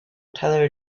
tyler